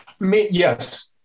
Yes